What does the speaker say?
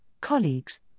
colleagues